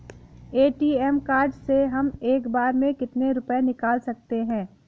ATM card से हम एक बार में कितने रुपये निकाल सकते हैं?